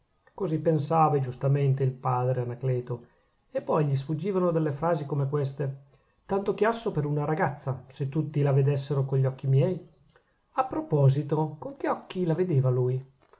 così pensava e giustamente il buon padre anacleto e poi gli sfuggivano delle frasi come queste tanto chiasso per una ragazza se tutti la vedessero con gli occhi miei a proposito con che occhi la vedeva lui